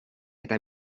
eta